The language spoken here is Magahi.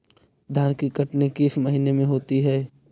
धान की कटनी किस महीने में होती है?